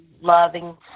loving